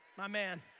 my man,